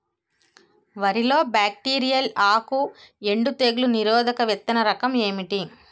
వరి లో బ్యాక్టీరియల్ ఆకు ఎండు తెగులు నిరోధక విత్తన రకం ఏంటి?